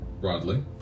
Broadly